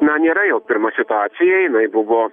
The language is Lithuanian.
na nėra jau pirma situacija jinai buvo